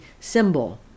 symbol